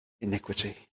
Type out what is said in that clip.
iniquity